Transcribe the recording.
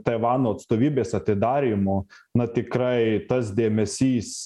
taivano atstovybės atidarymo na tikrai tas dėmesys